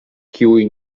kiuj